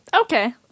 Okay